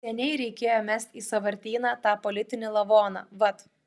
seniai reikėjo mest į sąvartyną tą politinį lavoną vat